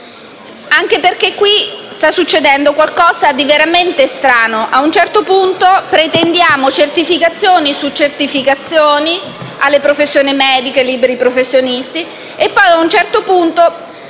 anche perché qui sta succedendo qualcosa di veramente strano. Prima pretendiamo certificazioni su certificazioni alle professioni mediche e ai liberi professionisti e poi, a un certo punto,